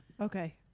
Okay